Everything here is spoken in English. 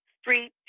street